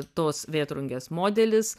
tos vėtrungės modelis